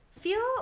feel